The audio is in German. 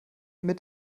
mit